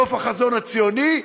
סוף החזון הציוני,